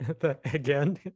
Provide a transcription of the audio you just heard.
again